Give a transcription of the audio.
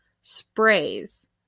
sprays